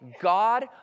God